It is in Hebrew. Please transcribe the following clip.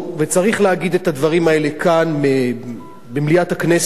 וצריך להגיד את הדברים האלה כאן במליאת הכנסת,